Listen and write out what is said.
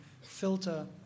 filter